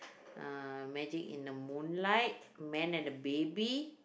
uh magic-in-the-moonlight man-and-a-baby